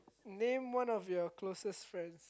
name one of your closest friends